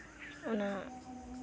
ᱚᱱᱟ